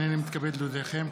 הינני מתכבד להודיעכם,